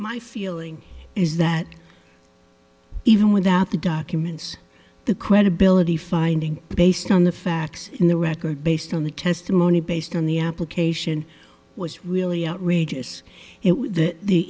my feeling is that even without the documents the credibility finding based on the facts in the record based on the testimony based on the application was really outrageous it